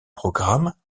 programme